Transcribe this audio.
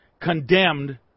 condemned